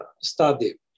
study